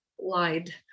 lied